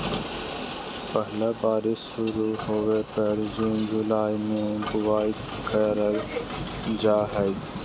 पहला बारिश शुरू होबय पर जून जुलाई में बुआई करल जाय हइ